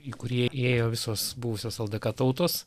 į kurį ėjo visos buvusios ldk tautos